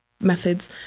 methods